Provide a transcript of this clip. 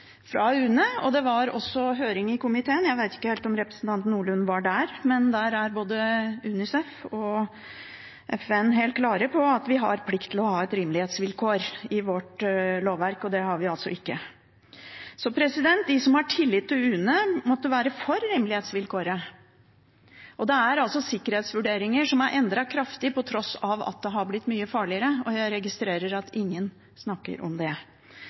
fra UNE, og det var også høring i komiteen. Jeg vet ikke helt om representanten Nordlund var der, men der var både UNICEF og FN helt klare på at vi har plikt til å ha et rimelighetsvilkår i vårt lovverk. Det har vi altså ikke. De som har tillit til UNE, burde være for rimelighetsvilkåret. Det er altså sikkerhetsvurderinger som er endret kraftig på tross av at det har blitt mye farligere. Jeg registrerer at ingen snakker om det.